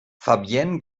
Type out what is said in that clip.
fabienne